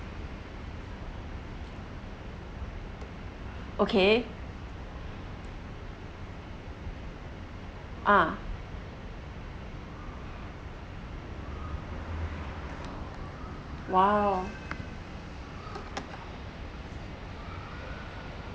okay ah !wah!